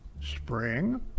spring